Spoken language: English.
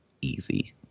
easy